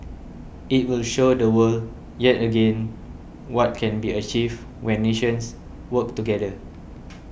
it will show the world yet again what can be achieved when nations work together